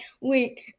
Wait